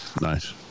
Nice